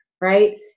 right